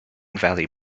valley